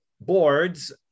boards